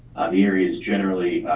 the areas generally